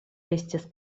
estis